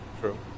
True